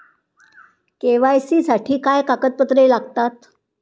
KYC साठी काय कागदपत्रे लागतात?